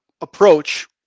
approach